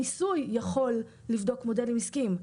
הניסוי יכול לבדוק מודלים עסקיים,